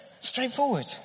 straightforward